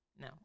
no